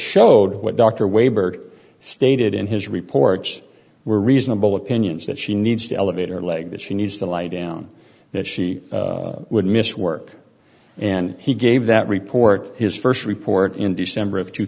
showed what dr waiver stated in his reports were reasonable opinions that she needs to elevate her leg that she needs to lie down that she would miss work and he gave that report his st report in december of two